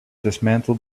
dismantled